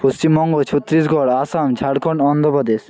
Paschimbanga Chhattisgarh Assam Jharkhand Andhra Pradesh